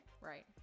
right